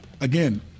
again